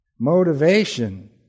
Motivation